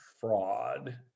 fraud